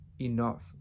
enough